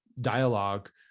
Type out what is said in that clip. dialogue